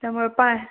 त्यामुळं पाय